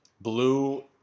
blue